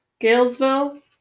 Galesville